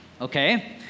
okay